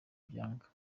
byanga